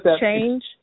change